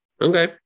Okay